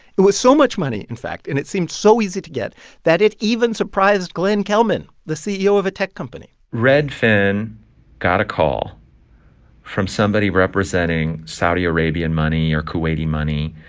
it was so much money, in fact, and it seemed so easy to get that it even surprised glenn kelman, the ceo of a tech company redfin got a call from somebody representing saudi arabian money or kuwaiti money.